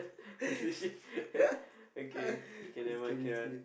did she okay K never mind carry on